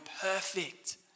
perfect